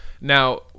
Now